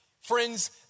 Friends